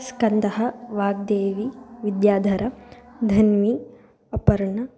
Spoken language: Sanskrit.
स्कन्दः वाग्देवी विद्याधरः धन्वी अपर्णा